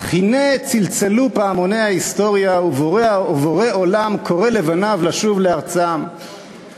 אך הנה צלצלו פעמוני ההיסטוריה ובורא עולם קורא לבניו לשוב לארצם,